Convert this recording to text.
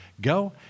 go